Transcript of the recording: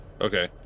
Okay